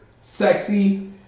sexy